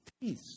Peace